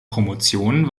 promotion